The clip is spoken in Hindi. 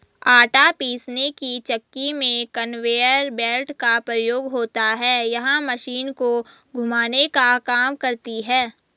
आटा पीसने की चक्की में कन्वेयर बेल्ट का प्रयोग होता है यह मशीन को घुमाने का काम करती है